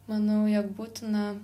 manau jog būtina